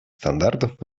стандартов